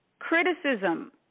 Criticism